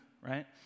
right